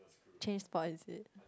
change spot is it